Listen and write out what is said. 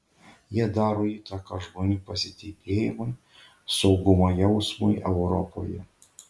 jie daro įtaką žmonių pasitikėjimui saugumo jausmui europoje